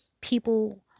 People